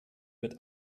mit